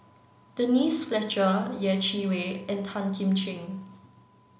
Denise Fletcher Yeh Chi Wei and Tan Kim Ching